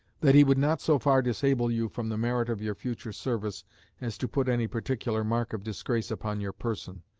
that he would not so far disable you from the merit of your future service as to put any particular mark of disgrace upon your person.